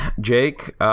Jake